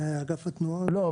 אגף התנועה הוא --- לא,